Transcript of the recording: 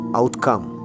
outcome